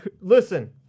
Listen